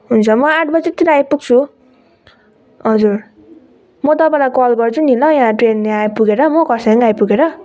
हुन्छ म आठ बजीतिर आइपुग्छु हजुर म तपाईँलाई कल गर्छु नि ल यहाँ ट्रेन यहाँ आइपुगेर म कर्सियङ आइपुगेर